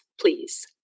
please